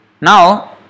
Now